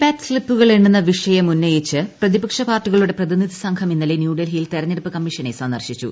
പാറ്റ് സ്തിപ്പുകൾ എണ്ണുന്ന വിഷയം ഉന്നയിച്ച് പ്രതിപക്ഷ പാർട്ടികളുടെ പ്രതിനിധി സംഘം ഇന്നലെ ന്യൂഡൽഹിയിൽ തെരഞ്ഞെടുപ്പ് കമ്മീഷനെ സന്ദർശിച്ചു